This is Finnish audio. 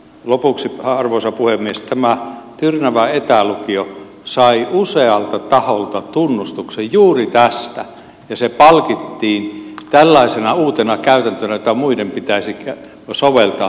lopuksi arvoisa puhemies tämä tyrnävän etälukio sai usealta taholta tunnustuksen juuri tästä ja se palkittiin tällaisena uutena käytäntönä jota muiden pitäisi soveltaa